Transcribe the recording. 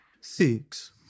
Six